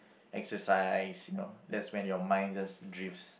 exercise you know that's when your mind just drifts